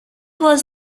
was